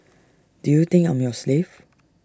do you think I'm your slave